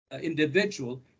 individual